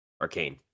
Arcane